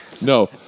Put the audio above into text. No